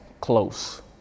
close